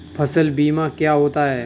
फसल बीमा क्या होता है?